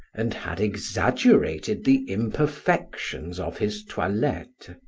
and had exaggerated the imperfections of his toilette.